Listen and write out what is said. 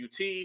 UT